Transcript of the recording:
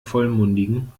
vollmundigen